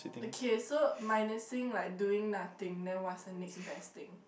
okay so minusing like doing nothing then what's the next best thing